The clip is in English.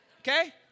Okay